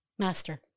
Master